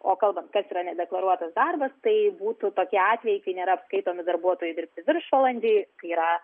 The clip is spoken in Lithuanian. o kalbant kas yra nedeklaruotas darbas tai būtų tokie atvejai kai nėra apskaitomi darbuotojų dirbti viršvalandžiai kai yra